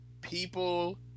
people